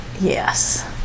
Yes